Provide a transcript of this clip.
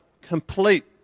complete